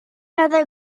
other